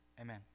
amen